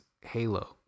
Halo